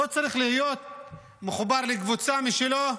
הוא לא צריך להיות מחובר לקבוצה משלו,